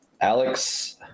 Alex